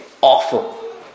awful